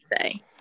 say